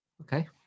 Okay